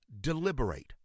Deliberate